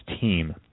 team